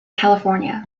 california